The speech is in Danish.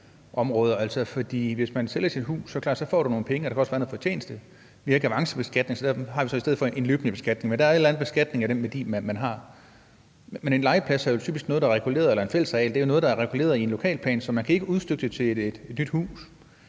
værdi. For hvis du sælger dit hus, er det klart, at så får du nogle penge, og der kan også være noget fortjeneste. Vi har ikke avancebeskatning, så derfor har vi så i stedet for en løbende beskatning. Men der er en eller anden beskatning af den værdi, man har. Men en legeplads eller et fællesareal er jo typisk noget, der er reguleret i en lokalplan, så man kan ikke udstykke det til et nyt hus.